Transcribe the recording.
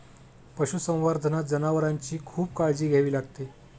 पशुसंवर्धनात जनावरांची खूप काळजी घ्यावी लागते